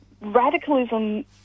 radicalism